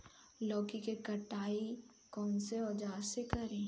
लौकी के कटाई कौन सा औजार से करी?